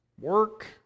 Work